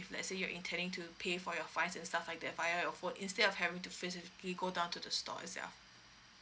if let's say you are intending to pay for your fines and stuff like that via your phone instead of having to physically go down to the store itself